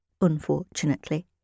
unfortunately